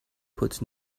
puts